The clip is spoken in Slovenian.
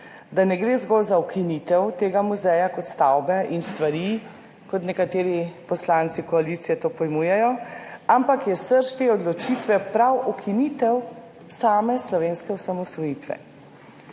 da ne gre zgolj za ukinitev tega muzeja kot stavbe in stvari, kot nekateri poslanci koalicije to pojmujejo, ampak je srž te odločitve prav ukinitev same slovenske osamosvojitve.